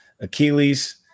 Achilles